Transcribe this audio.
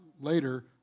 later